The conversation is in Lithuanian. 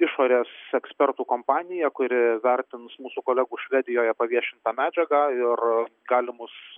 išorės ekspertų kompanija kuri vertins mūsų kolegų švedijoje paviešintą medžiagą ir galimus